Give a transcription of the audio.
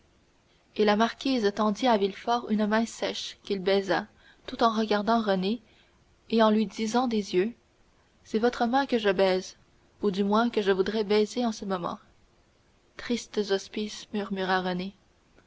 et la marquise tendit à villefort une main sèche qu'il baisa tout en regardant renée et en lui disant des yeux c'est votre main que je baise ou du moins que je voudrais baiser en ce moment tristes auspices murmura renée